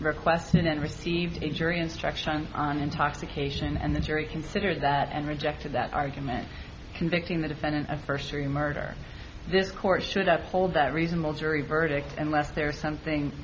requested and received a jury instruction on intoxication and the jury considers that and rejected that argument convicting the defendant of first three murder this court should up hold that reasonable jury verdict unless there's something